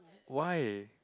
why